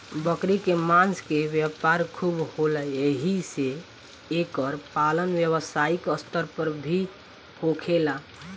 बकरी के मांस के व्यापार खूब होला एही से एकर पालन व्यवसायिक स्तर पर भी होखेला